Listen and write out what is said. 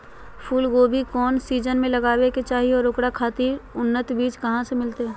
फूलगोभी कौन सीजन में लगावे के चाही और ओकरा खातिर उन्नत बिज कहा से मिलते?